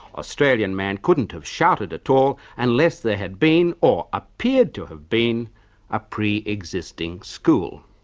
australian man couldn't have shouted at all unless there had been or appeared to have been a pre-existing school.